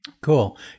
Cool